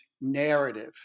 narrative